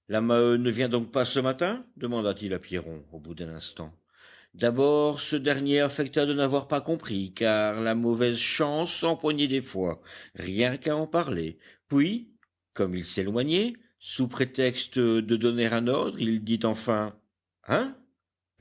ne vient donc pas ce matin demanda-t-il à pierron au bout d'un instant d'abord ce dernier affecta de n'avoir pas compris car la mauvaise chance s'empoignait des fois rien qu'à en parler puis comme il s'éloignait sous prétexte de donner un ordre il dit enfin hein